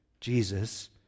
Jesus